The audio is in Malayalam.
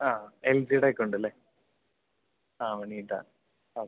ആ എൽ ജീയുടെ ഒക്കെ ഉണ്ട് അല്ലെ ആ ഒനിഡ ഓക്കെ